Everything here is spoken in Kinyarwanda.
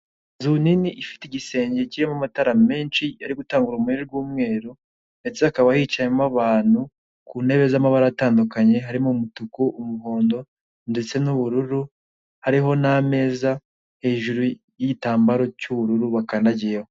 inzu nini ifite igisenge kirimo amatara menshi ari gutanga urumuri rw'umweru ndeste hakaba hicayemo abantu kuntebe z'amabara atandukanye harimo umutuku, umuhondo ndetse nubururu hariho nameza hejuru yigitambaro cy'ubururu bakandagiyeho.